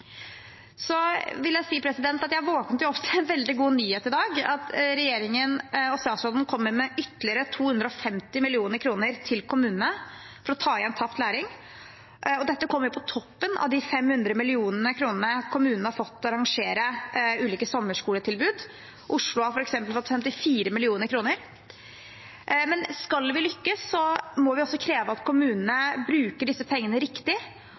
Så vil jeg si at jeg våknet opp til en veldig god nyhet i dag, at regjeringen og statsråden kommer med ytterligere 250 mill. kr til kommunene for å ta igjen tapt læring. Dette kommer på toppen av de 500 mill. kr kommunene har fått til å arrangere ulike sommerskoletilbud. Oslo har f.eks. fått 54 mill. kr. Men skal vi lykkes, må vi også kreve at kommunene bruker disse pengene riktig,